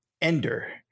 ender